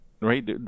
right